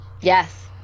Yes